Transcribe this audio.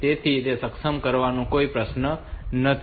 તેથી તેને સક્ષમ કરવાનો કોઈ પ્રશ્ન નથી